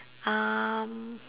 um